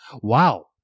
Wow